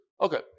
Okay